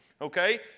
Okay